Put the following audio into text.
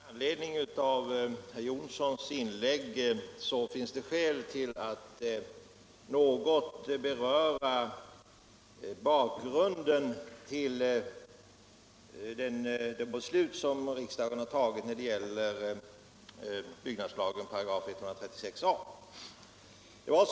Herr talman! Med anledning av herr Jonssons i Husum inlägg finns det skäl att något beröra bakgrunden till det beslut som riksdagen har fattat när det gäller 136 a § byggnadslagen.